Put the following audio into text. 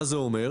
מה זה אומר?